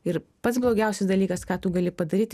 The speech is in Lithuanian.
ir pats blogiausias dalykas ką tu gali padaryt